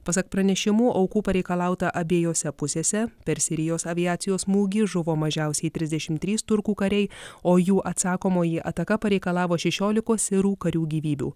pasak pranešimų aukų pareikalauta abiejose pusėse per sirijos aviacijos smūgį žuvo mažiausiai trisdešimt trys turkų kariai o jų atsakomoji ataka pareikalavo šešiolikos sirų karių gyvybių